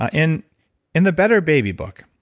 ah in in the better baby book,